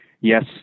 Yes